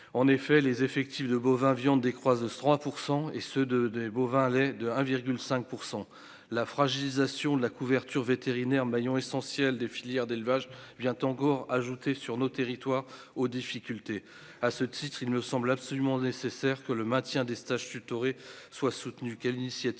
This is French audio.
en effet, les effectifs de bovins viande décroise 3 % et ceux de des bovins lait de un virgule 5 pour 100 la fragilisation de la couverture vétérinaire, maillon essentiel des filières d'élevage vient encore ajouter sur nos territoires aux difficultés à ce titre, il me semble absolument nécessaire que le maintien des stages tutoré soit soutenu quelle initiative